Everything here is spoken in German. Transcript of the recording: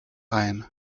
ein